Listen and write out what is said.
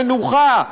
מנוחה,